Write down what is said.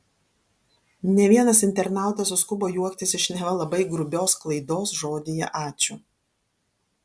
ne vienas internautas suskubo juoktis iš neva labai grubios klaidos žodyje ačiū